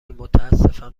متاسفم